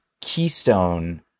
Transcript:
keystone